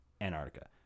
Antarctica